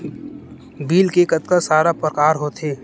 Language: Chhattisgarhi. बिल के कतका सारा प्रकार होथे?